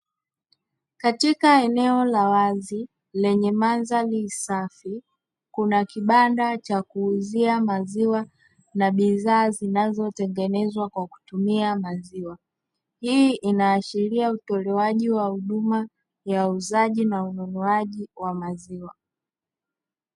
Katika eneo la wazi lenye mandhari ni safi, kuna kibanda cha kuuzia maziwa na bidhaa zinazotengenezwa kwa kutumia majina. Hii inaashiria utolewaji wa huduma ya uuzaji na ununuwaji wa maziwa.